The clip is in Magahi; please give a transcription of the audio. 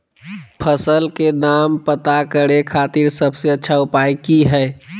फसल के दाम पता करे खातिर सबसे अच्छा उपाय की हय?